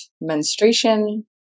menstruation